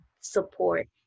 support